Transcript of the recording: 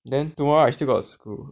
then tomorrow I still got school